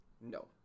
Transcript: No